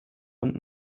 und